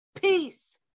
Peace